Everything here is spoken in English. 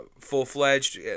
full-fledged